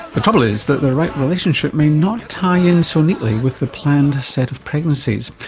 the trouble is that the right relationship may not tie in so neatly with the planned set of pregnancies.